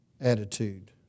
Attitude